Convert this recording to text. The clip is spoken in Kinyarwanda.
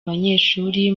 banyeshuri